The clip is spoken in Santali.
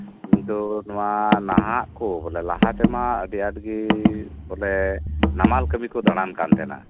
ᱤᱧ ᱛᱚ ᱱᱚᱶᱟ ᱱᱟᱦᱟᱜ ᱠᱚ ᱵᱚᱞᱮ ᱞᱟᱦᱟ ᱛᱮᱢᱟ ᱟᱹᱰᱤ ᱟᱸᱴ ᱜᱮ ᱵᱚᱞᱮ ᱱᱟᱢᱟᱞ ᱠᱟᱹᱢᱤ ᱠᱚ ᱫᱟᱬᱟᱱ ᱠᱟᱱ ᱛᱟᱦᱮᱱᱟ